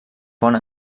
pont